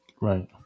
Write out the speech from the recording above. Right